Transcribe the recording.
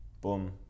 boom